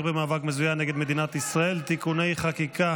במאבק מזוין נגד מדינת ישראל (תיקוני חקיקה),